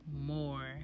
more